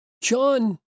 John